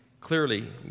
clearly